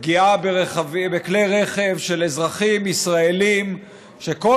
פגיעה בכלי רכב של אזרחים ישראלים שכל